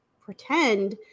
pretend